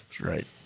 Right